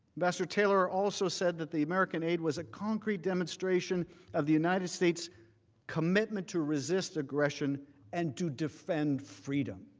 investor taylor also said that the american aid was a concrete demonstration of the united states commitment to resist aggression and to defend freedom.